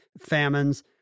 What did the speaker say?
famines